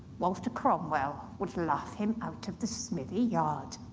walter cromwell would laugh him out of the smithy yard.